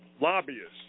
lobbyists